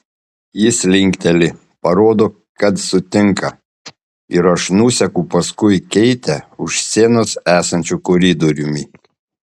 jis linkteli parodo kad sutinka ir aš nuseku paskui keitę už scenos esančiu koridoriumi